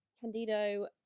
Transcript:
Candido